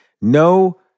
No